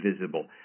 visible